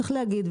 צריך להגיד,